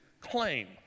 claim